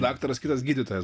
daktaras kitas gydytojas